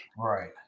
Right